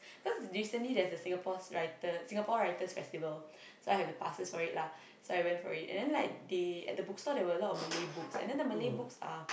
cause recently there's a Singapore's writers Singapore-writers-festival so I have the passes for it lah so I went for it and then like they at the bookstore there were a lot of Malay books and then the Malay books are